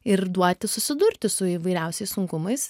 ir duoti susidurti su įvairiausiais sunkumais